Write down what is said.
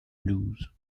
blues